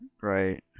Right